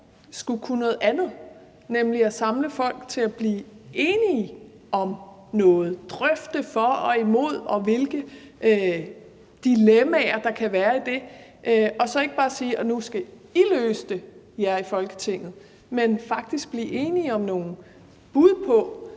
skulle kunne noget andet, nemlig at samle folk til at blive enige om noget, at drøfte for og imod, og hvilke dilemmaer der kan være i det, og ikke bare sige, at nu skal vi i Folketinget løse det, men faktisk blive enige om nogle bud på,